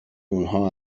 اونها